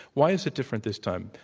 why is it different this time,